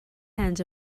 hands